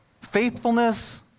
faithfulness